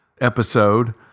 episode